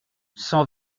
cent